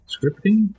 Scripting